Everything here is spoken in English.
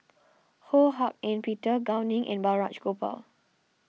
Ho Hak Ean Peter Gao Ning and Balraj Gopal